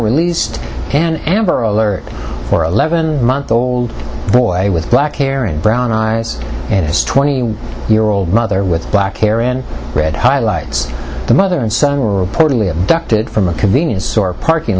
released an amber alert for eleven month old boy with black hair and brown eyes this twenty year old mother with black hair and red highlights the mother and son were reportedly abducted from a convenience store parking